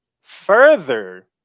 further